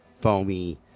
foamy